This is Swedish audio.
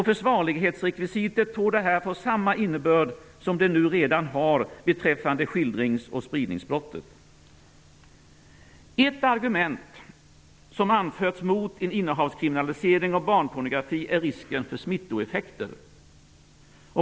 Försvarlighetsrekvisitet torde här få samma innebörd som det redan har beträffande skildringsoch spridningsbrottet. Ett argument som anförts mot en innehavskriminalisering av barnpornografi är risken för ''smittoeffekter''.